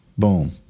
boom